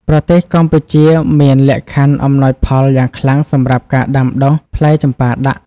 ប្រទេសកម្ពុជាមានលក្ខខណ្ឌអំណោយផលយ៉ាងខ្លាំងសម្រាប់ការដាំដុះផ្លែចម្ប៉ាដាក់។